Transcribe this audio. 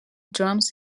drums